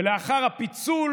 לאחר הפיצול